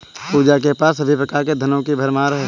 पूजा के पास सभी प्रकार के धनों की भरमार है